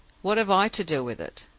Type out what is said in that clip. what have i to do with it,